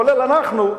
כולל אנחנו,